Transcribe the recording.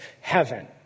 heaven